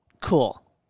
cool